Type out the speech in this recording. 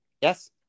Yes